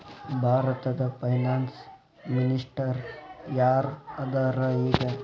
ಭಾರತದ finance minister ಯಾರ್ ಅದರ ಈಗ?